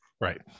Right